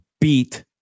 beat